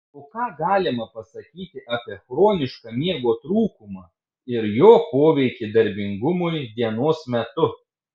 o ką galima pasakyti apie chronišką miego trūkumą ir jo poveikį darbingumui dienos metu